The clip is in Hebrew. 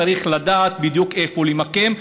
צריך לדעת בדיוק איפה למקם.